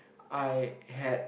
I had